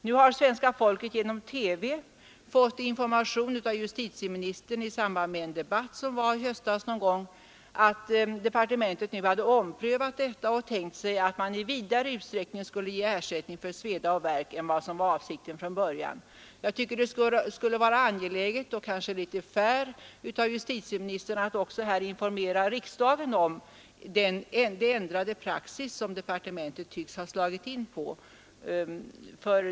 Nu har svenska folket genom TV fått information av justitieministern i samband med en debatt som var någon gång i höstas, att departementet nu omprövat frågan och tänkt sig att man i vidare utsträckning skulle ge ersättning för sveda och värk än vad som var avsikten från början. Jag tycker att det skulle vara angeläget och även litet fair av justitieministern att här också informera riksdagen om den ändrade praxis som departementet tycks ha slagit in på.